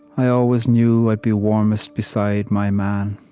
i always knew i'd be warmest beside my man.